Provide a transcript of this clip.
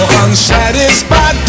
unsatisfied